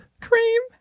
Cream